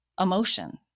emotion